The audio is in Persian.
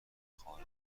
خارج